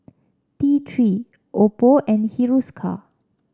T Three Oppo and Hiruscar